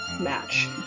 match